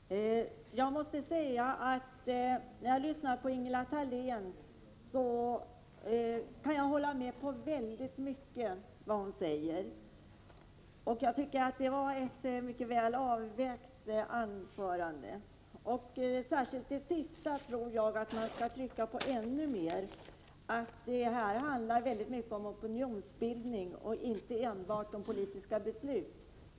Herr talman! Jag måste säga att när jag lyssnar till Ingela Thalén konstaterar jag att jag kan hålla med om väldigt mycket av vad hon säger. Jag anser att hon höll ett väl avvägt anförande. Särskilt det sista hon sade tror jag att man skall trycka på ännu mer — att det här i stor utsträckning handlar om opinionsbildning och inte enbart om politiska beslut.